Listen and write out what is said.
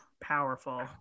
powerful